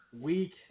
week